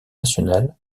nationale